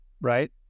right